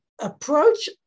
approach